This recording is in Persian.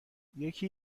یکی